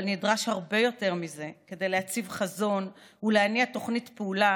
אבל נדרש הרבה יותר מזה כדי להציב חזון ולהניע תוכנית פעולה